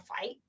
fight